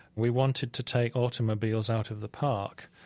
we wanted to take automobiles out of the park,